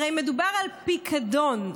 הרי מדובר על פיקדון,